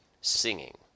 singing